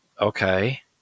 Okay